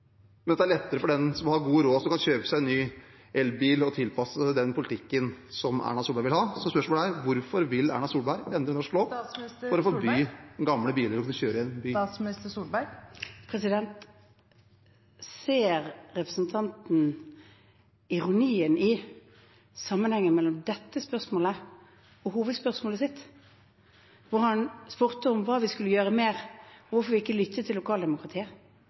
det er lettere for dem som har god råd og kan kjøpe seg ny elbil og tilpasse seg den politikken Erna Solberg vil ha. Så spørsmålet er: Hvorfor vil Erna Solberg endre norsk lov for å forby gamle biler å kjøre i en by? Ser representanten ironien i sammenhengen mellom dette spørsmålet og hovedspørsmålet sitt, hvor han spurte om hva vi skulle gjøre mer, hvorfor vi ikke lyttet til lokaldemokratiet,